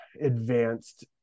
advanced